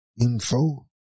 info